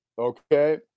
Okay